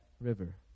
river